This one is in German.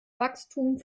wachstum